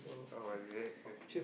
oh is it